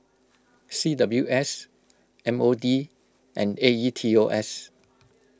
C W S M O D and A E T O S